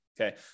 Okay